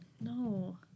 No